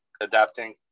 adapting